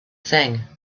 thing